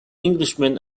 englishman